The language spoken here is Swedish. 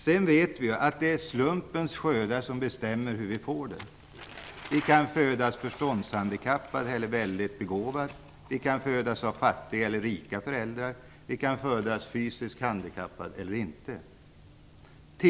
Vi vet att det är slumpen som bestämmer hur vi får det. Vi kan födas förståndshandikappade eller väldigt begåvade. Vi kan födas av fattiga eller rika föräldrar. Vi kan födas fysiskt handikappade eller inte.